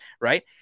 Right